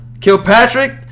Kilpatrick